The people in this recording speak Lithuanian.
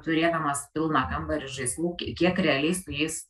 turėdamas pilną kambarį žaislų kiek realiai su jais